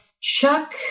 Chuck